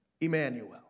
Emmanuel